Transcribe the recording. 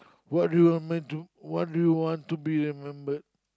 what do you meant to what do you want to be remembered